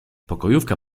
pokojówka